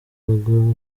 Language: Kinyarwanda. yabazwaga